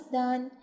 done